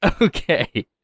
Okay